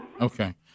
Okay